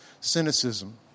cynicism